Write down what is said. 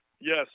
Yes